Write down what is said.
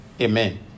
Amen